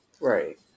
Right